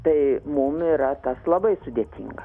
tai mum yra tas labai sudėtinga